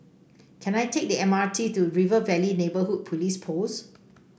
can I take the M R T to River Valley Neighbourhood Police Post